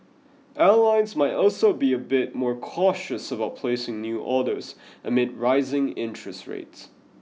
airlines might also be a bit more cautious about placing new orders amid rising interest rates